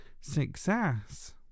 success